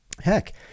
Heck